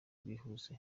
bwihuse